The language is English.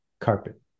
carpet